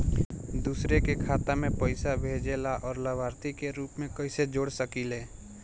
दूसरे के खाता में पइसा भेजेला और लभार्थी के रूप में कइसे जोड़ सकिले?